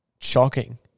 shocking